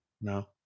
No